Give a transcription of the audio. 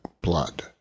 blood